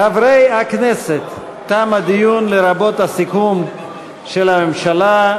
חברי הכנסת, תם הדיון, לרבות הסיכום של הממשלה.